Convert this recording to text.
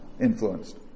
influenced